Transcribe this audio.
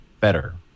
better